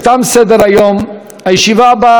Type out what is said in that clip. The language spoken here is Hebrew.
הישיבה הבאה תתקיים ביום שני,